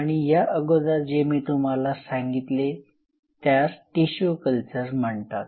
आणि या अगोदर जे मी तुम्हाला सांगितले त्यास टिशू कल्चर म्हणतात